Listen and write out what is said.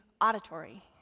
auditory